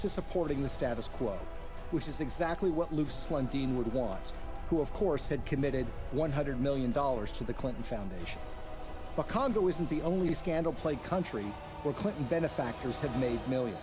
to supporting the status quo which is exactly what loose london would want to of course had committed one hundred million dollars to the clinton foundation a condo isn't the only scandal plagued country where clinton benefactors have made millions